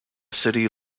city